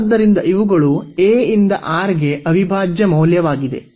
ಆದ್ದರಿಂದ ಇವುಗಳು a ಇಂದ R ಗೆ ಅವಿಭಾಜ್ಯ ಮೌಲ್ಯವಾಗಿದೆ